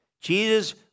Jesus